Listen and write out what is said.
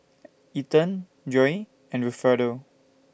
Ethen Joye and Wilfredo